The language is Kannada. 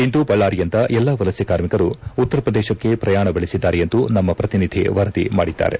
ಇಂದು ಬಳ್ಳಾರಿಯಿಂದ ಎಲ್ಲಾ ವಲಸೆ ಕಾರ್ಮಿಕರು ಉತ್ತರ ಪ್ರದೇಶಕ್ಕೆ ಪ್ರಯಾಣ ಬೆಳೆಸಿದ್ದಾರೆ ಎಂದು ನಮ್ಮ ಪ್ರತಿನಿಧಿ ವರದಿ ಮಾಡಿದ್ದಾರೆ